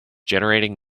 generating